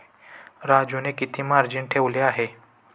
राजूने किती मार्जिन ठेवले आहे?